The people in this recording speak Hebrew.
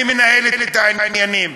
אני מנהל את העניינים,